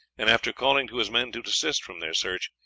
and, after calling to his men to desist from their search,